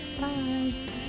Bye